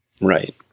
Right